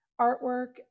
artwork